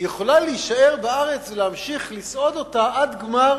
היא יכולה להישאר בארץ ולהמשיך לסעוד אותה עד גמר